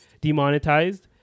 demonetized